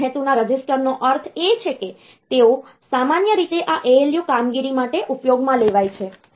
સામાન્ય હેતુના રજીસ્ટરનો અર્થ એ છે કે તેઓ સામાન્ય રીતે આ ALU કામગીરી માટે ઉપયોગમાં લેવાય છે